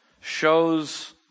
shows